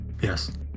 Yes